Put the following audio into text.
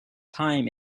time